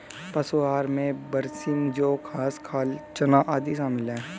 पशु आहार में बरसीम जौं घास खाल चना आदि शामिल है